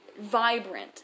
vibrant